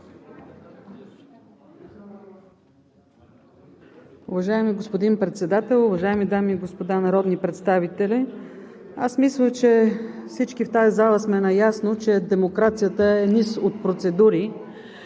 Уважаеми господин Председател, уважаеми дами и господа народни представители! Аз мисля, че всички в тази зала сме наясно, че демокрацията е низ от процедури